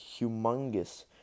humongous